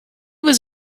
was